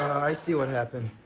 i see what happened.